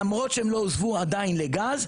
למרות שהם לא הוסבו עדיין לגז,